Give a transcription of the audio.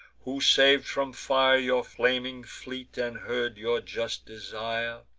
who sav'd from fire your flaming fleet, and heard your just desire.